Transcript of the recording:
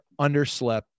underslept